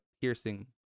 piercing